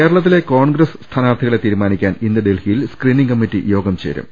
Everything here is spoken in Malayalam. കേരളത്തിലെ കോൺഗ്രസ് സ്ഥാനാർത്ഥികളെ തീരുമാ നിക്കാൻ ഇന്ന് ഡൽഹിയിൽ സ്ക്രീനിംഗ് കമ്മിറ്റി യോഗം ചേരും